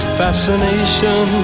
fascination